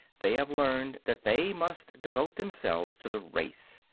they have learned that they must devote themselves to the race,